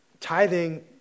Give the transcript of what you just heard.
tithing